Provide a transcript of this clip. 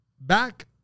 back